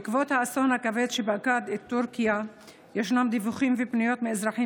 בעקבות האסון הכבד שפקד את טורקיה ישנם דיווחים ופניות מאזרחים